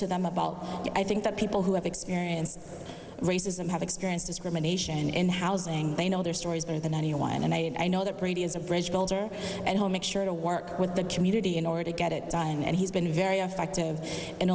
to them about it i think that people who have experienced racism have experienced discrimination in housing they know their stories better than anyone and they and i know that brady is a bridge builder at home make sure to work with the community in order to get it done and he's been very effective in